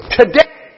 today